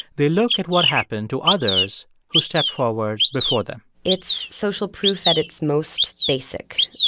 they look at what happened to others who stepped forward before them it's social proof at its most basic.